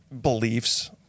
beliefs